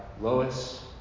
Lois